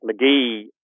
McGee